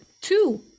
two